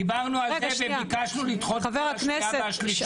דיברנו על זה וביקשנו לדחות לקריאה השנייה והשלישית.